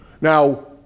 Now